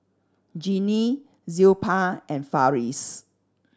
Genie Zilpah and Farris